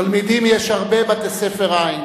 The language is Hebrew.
תלמידים יש הרבה, בתי-ספר אין.